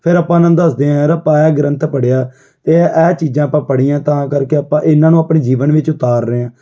ਫਿਰ ਆਪਾਂ ਉਹਨਾਂ ਨੂੰ ਦੱਸਦੇ ਹਾਂ ਯਾਰ ਆਪਾਂ ਇਹ ਗ੍ਰੰਥ ਪੜ੍ਹਿਆ ਅਤੇ ਇਹ ਚੀਜ਼ਾਂ ਆਪਾਂ ਪੜ੍ਹੀਆਂ ਤਾਂ ਕਰਕੇ ਆਪਾਂ ਇਹਨਾਂ ਨੂੰ ਆਪਣੇ ਜੀਵਨ ਵਿੱਚ ਉਤਾਰ ਰਹੇ ਹਾਂ